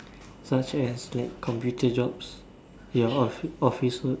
such as like computer jobs ya off~ office work